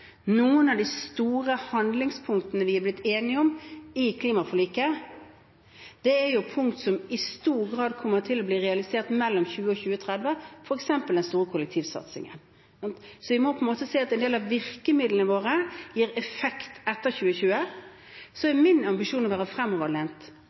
Noen av de store handlingspunktene vi er blitt enige om i klimaforliket, er punkt som i stor grad kommer til å bli realisert mellom 2020 og 2030, f.eks. den store kollektivsatsingen. Så vi må på en måte kunne si at en del av virkemidlene våre gir effekt etter 2020. Så